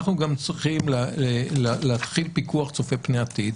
אנחנו גם צריכים להתחיל פיקוח צופה פני עתיד,